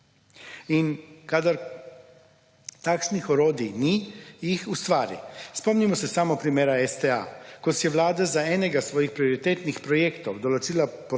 In kadar takšnih orodij ni, jih ustvari. Spomnimo se samo primera STA, ko si je Vlada za enega svojih prioritetnih projektov določila